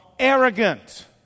Arrogant